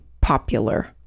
popular